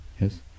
Yes